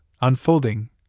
unfolding